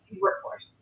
Workforce